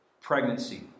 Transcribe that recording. pregnancy